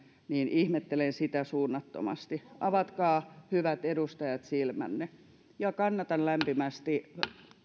ihmettelen suunnattomasti avatkaa hyvät edustajat silmänne ja kannatan lämpimästi